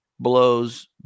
blows